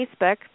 Facebook